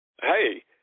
hey